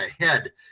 ahead